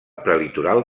prelitoral